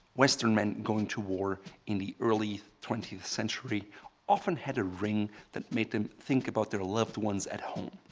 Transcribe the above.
western men going to war in the early twentieth century often had a ring that made them think about their loved ones at home.